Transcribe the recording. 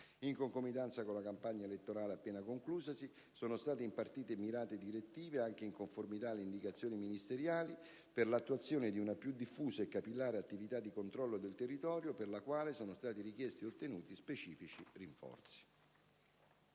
in concomitanza con la campagna elettorale appena conclusasi, sono state impartite direttive mirate, anche in conformità alle indicazioni ministeriali, per l'attuazione di una più diffusa e capillare attività di controllo del territorio per la quale sono stati richiesti e ottenuti specifici rinforzi.